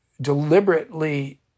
deliberately